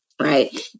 right